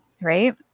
Right